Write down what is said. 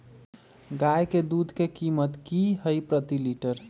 गाय के दूध के कीमत की हई प्रति लिटर?